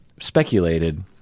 speculated